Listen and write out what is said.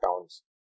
towns